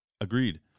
Agreed